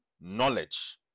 knowledge